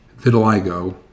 vitiligo